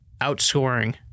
outscoring